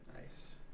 Nice